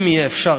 אם יהיה אפשר,